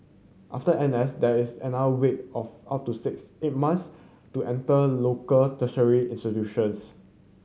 after N S there is another wait of up to six eight months to enter local tertiary institutions